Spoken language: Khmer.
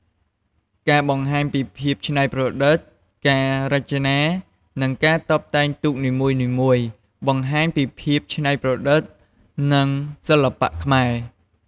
ការបង្ហាញពីភាពច្នៃប្រឌិត ការរចនា និងការតុបតែងទូកនីមួយៗបង្ហាញពីភាពច្នៃប្រឌិត និងសិល្បៈខ្មែរ។